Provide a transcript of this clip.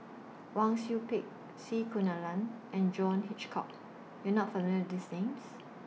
Wang Sui Pick C Kunalan and John Hitchcock YOU Are not familiar with These Names